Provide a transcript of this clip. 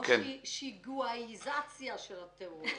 --- או שיגעועיזציה של הטרור.